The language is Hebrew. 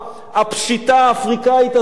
הפשיטה האפריקנית הזאת.